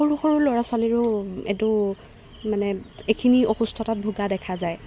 সৰু সৰু ল'ৰা ছোৱালীৰো এইটো মানে এইখিনি অসুস্থতাত ভুগা দেখা যায়